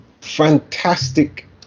fantastic